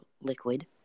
liquid